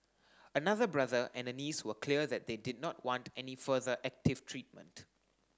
another brother and a niece were clear that they did not want any further active treatment